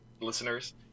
listeners